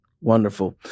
wonderful